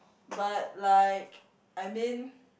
but like I mean